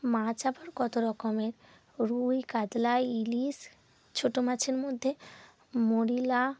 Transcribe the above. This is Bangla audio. মাছ আবার কত রকমের রুই কাতলা ইলিশ ছোটো মাছের মধ্যে মৌরলা